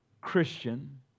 Christian